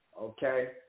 Okay